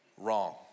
Wrong